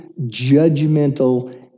judgmental